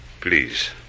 Please